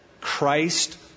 Christ